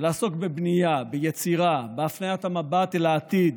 ולעסוק בבנייה, ביצירה, בהפניית המבט אל העתיד,